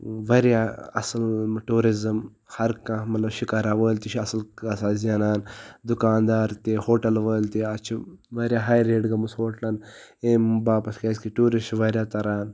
واریاہ اَصٕل ٹوٗرِزَم ہَرکانٛہہ مطلب شِکارا وٲلۍ تہِ چھِ اَصٕل کانٛہہ سا زینان دُکاندار تہِ ہوٹَل وٲلۍ تہِ اَتھ چھِ واریاہ ہاے ریٹ گٔمٕژ ہوٹلَن ییٚمہِ باپَتھ کیٛازِکہِ ٹوٗرِسٹ چھِ واریاہ تَران